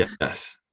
Yes